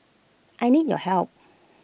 I need your help